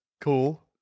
cool